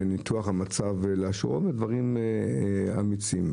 ומניתוח המצב לאשורו ודברים אמיצים,